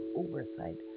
oversight